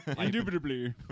Indubitably